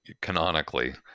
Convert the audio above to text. canonically